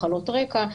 מחלות רקע,